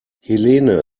helene